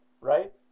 right